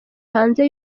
hanze